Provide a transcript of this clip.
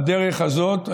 הדרך הזאת,